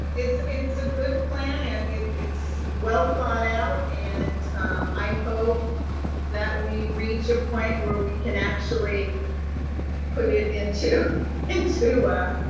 it's, it's a good plan. it it it's well thought out. and i hope that we reach a point where we can actually put it into into